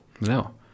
No